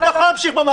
אתה יכול להמשיך כך.